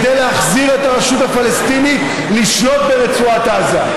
כדי להחזיר את הרשות הפלסטינית לשלוט ברצועת עזה,